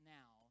now